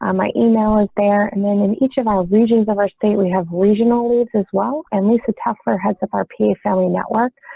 um my email is there and then and each of our region's of our state. we have regional leads as well and lisa tougher has the rp family network.